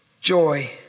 Joy